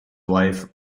wife